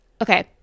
Okay